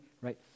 right